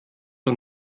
und